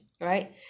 right